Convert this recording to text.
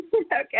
Okay